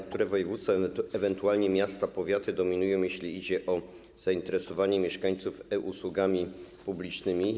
Które województwa, ewentualnie miasta, powiaty, dominują, jeśli idzie o zainteresowanie mieszkańców e-usługami publicznymi?